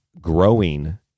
growing